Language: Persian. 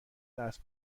دست